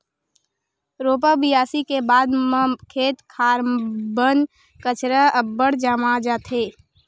रोपा बियासी के बाद म खेत खार म बन कचरा अब्बड़ जाम जाथे